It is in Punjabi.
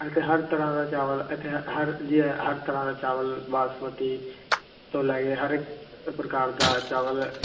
ਹਰ ਤਰਹਾਂ ਦਾ ਚਾਵਲ ਹਰ ਤਰਹਾਂ ਦਾ ਚਾਵਲ ਬਾਸਮਤੀ ਤੋਂ ਲੈ ਕੇ ਹਰ ਇਕ ਪ੍ਰਕਾਰ ਦਾ ਚਾਵਲ